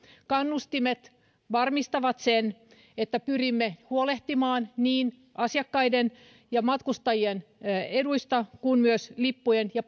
kannustimet varmistavat sen että pyrimme huolehtimaan asiakkaiden ja matkustajien eduista lippujen ja